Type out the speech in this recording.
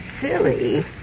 silly